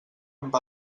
amb